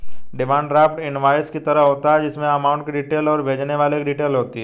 demand draft invoice की तरह होता है जिसमे अमाउंट की डिटेल और भेजने वाले की डिटेल होती है